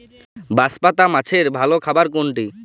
বাঁশপাতা মাছের ভালো খাবার কোনটি?